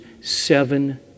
seven